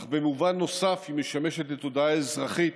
אך במובן נוסף היא משמשת לתודעה אזרחית